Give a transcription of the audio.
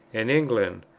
and england,